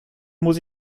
muss